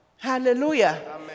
Hallelujah